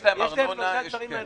יש להם שלושה דברים מרכזיים.